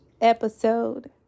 episode